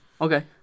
Okay